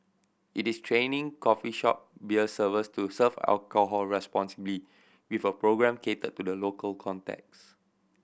it is training coffee shop beer servers to serve alcohol responsibly with a programme catered to the local context